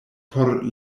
por